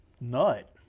nut